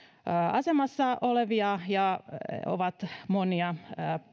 asemassa olevia ja ovat monia